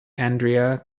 andrea